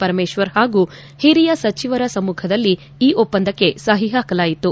ಪರಮೇಶ್ವರ್ ಹಾಗೂ ಹಿರಿಯ ಸಚಿವರ ಸಮ್ಮಖದಲ್ಲಿ ಈ ಒಪ್ಪಂದಕ್ಕೆ ಸಹಿ ಹಾಕಲಾಯಿತು